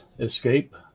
escape